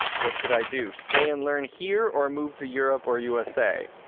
what should i do? stay and learn here or move to europe or usa?